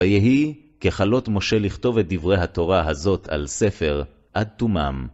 ויהי ככלות משה לכתוב את דברי התורה הזאת על ספר, עד תומם.